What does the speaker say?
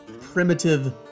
primitive